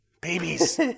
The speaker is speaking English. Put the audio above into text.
babies